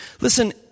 Listen